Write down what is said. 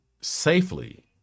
safely